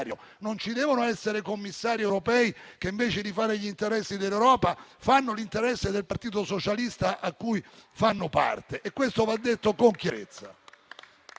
non ci devono essere commissari europei che, invece di fare gli interessi dell'Europa, fanno l'interesse del Partito socialista di cui fanno parte. E questo va detto con chiarezza.